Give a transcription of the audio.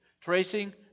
tracing